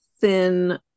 thin